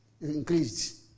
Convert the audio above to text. increased